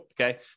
okay